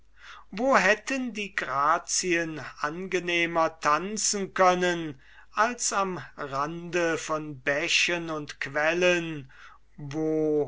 wo hätten die grazien angenehmer tanzen können als am rande von bächen und quellen wo